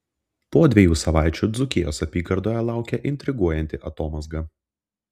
po dviejų savaičių dzūkijos apygardoje laukia intriguojanti atomazga